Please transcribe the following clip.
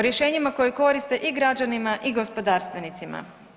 Rješenjima koja koriste i građanima gospodarstvenicima.